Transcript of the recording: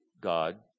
God